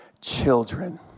children